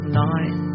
night